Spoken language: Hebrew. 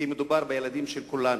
כי מדובר בילדים של כולנו.